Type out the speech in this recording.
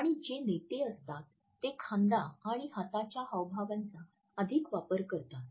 आणि जे नेते असतात ते खांदा आणि हाताच्या हावभावांचा अधिक वापर करतात